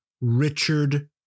Richard